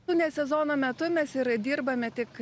nu ne sezono metu nes ir dirbame tik